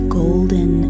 golden